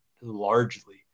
largely